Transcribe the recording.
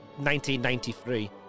1993